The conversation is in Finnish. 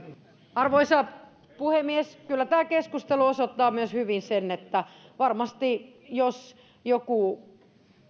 arvoisa puhemies kyllä tämä keskustelu osoittaa hyvin myös sen että varmasti jos joku